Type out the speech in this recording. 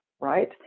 right